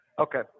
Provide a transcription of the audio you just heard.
Okay